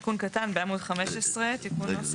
תיקון קטן בעמוד 15 תיקון נוסף,